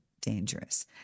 dangerous